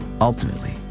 ultimately